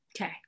Okay